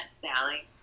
Sally